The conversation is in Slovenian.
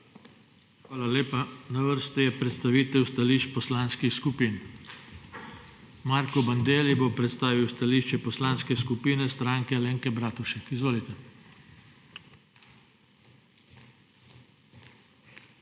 Hvala lepa. Na vrsti je predstavitev stališč poslanskih skupin. Marko Bandelli bo predstavil stališče Poslanske skupine Stranke Alenke Bratušek. Izvolite.